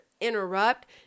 interrupt